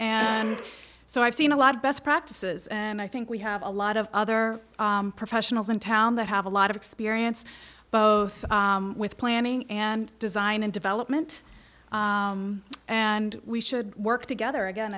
and so i've seen a lot of best practices and i think we have a lot of other professionals in town that have a lot of experience both with planning and design and development and we should work together again